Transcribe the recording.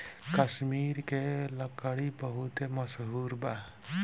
कश्मीर के लकड़ी बहुते मसहूर बा